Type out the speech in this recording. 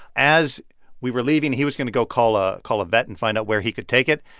as we were leaving, he was going to go call ah call a vet and find out where he could take it.